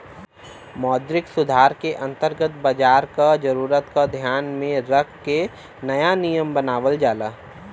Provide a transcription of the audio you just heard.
मौद्रिक सुधार के अंतर्गत बाजार क जरूरत क ध्यान में रख के नया नियम बनावल जाला